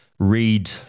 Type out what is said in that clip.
Read